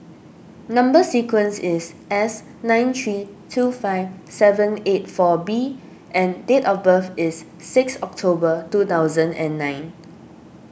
Number Sequence is S nine three two five seven eight four B and date of birth is six October two thousand and nine